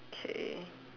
okay